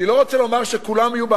אני לא רוצה לומר שכולן תהיינה,